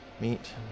meet